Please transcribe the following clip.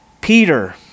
Peter